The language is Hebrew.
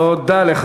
תודה.